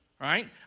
right